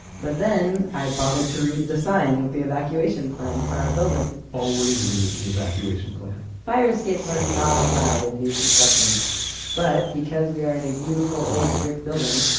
but then i bothered to read the sign with the evacuation plan for our building always read the evacuation plan. fire escapes are not allowed in new construction but because we are in a beautiful old brick building,